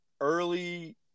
early